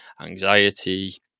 anxiety